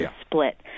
split